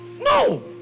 No